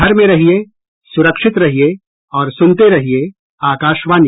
घर में रहिये सुरक्षित रहिये और सुनते रहिये आकाशवाणी